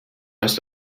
hast